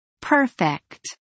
Perfect